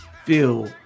feel